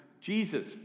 Jesus